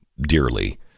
dearly